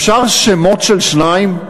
אפשר שמות של שניים?